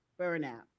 burnout